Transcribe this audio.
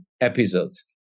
episodes